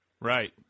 Right